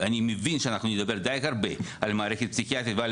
אני מבין שאנחנו נדבר די הרבה על המערכת הפסיכיאטרית ועל